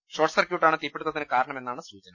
short സർക്യൂട്ടാണ് തീപിടുത്തത്തിന് കാരണമെന്നാണ് സൂചന